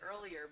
earlier